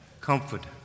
Comfort